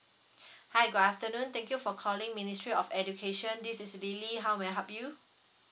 hi good afternoon thank you for calling ministry of education this is lily how may I help you